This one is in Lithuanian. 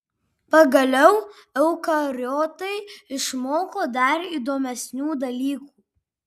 pagaliau eukariotai išmoko dar įdomesnių dalykų